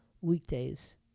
weekdays